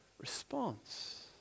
response